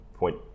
Point